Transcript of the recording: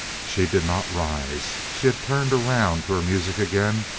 she did not rise. she had turned around to her music again,